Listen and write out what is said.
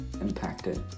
impacted